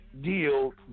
deal